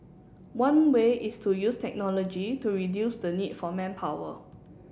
one way is to use technology to reduce the need for manpower